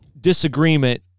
disagreement